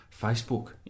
Facebook